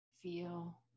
feel